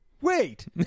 wait